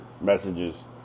messages